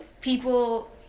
people